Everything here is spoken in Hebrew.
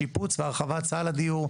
שיפוץ והרחבת סל הדיור.